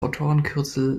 autorenkürzel